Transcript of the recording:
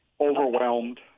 overwhelmed